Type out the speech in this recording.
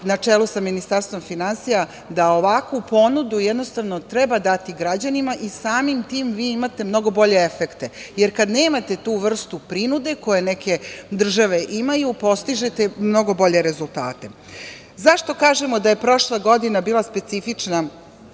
na čelu sa Ministarstvom finansija da ovakvu ponudu, jednostavno, treba dati građanima i samim tim vi imate mnogo bolje efekte, jer kada nemate tu vrstu prinude koju neke države imaju, postižete mnogo bolje rezultate.Zašto kažemo da je prošla godina bila specifična